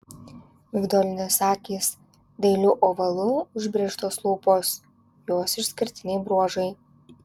migdolinės akys dailiu ovalu užbrėžtos lūpos jos išskirtiniai bruožai